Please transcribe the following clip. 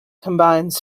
combines